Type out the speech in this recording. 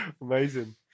Amazing